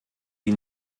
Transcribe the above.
die